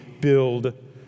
build